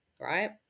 Right